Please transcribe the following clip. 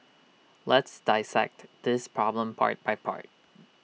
let's dissect this problem part by part